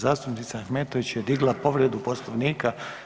Zastupnica Ahmetović je digla povredu Poslovnika.